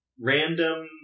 random